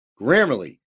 Grammarly